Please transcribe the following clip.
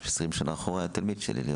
שלפני עשרים שנה היה תלמיד שלי.